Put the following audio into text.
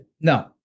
no